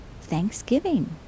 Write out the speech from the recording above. thanksgiving